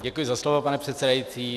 Děkuji za slovo, pane předsedající.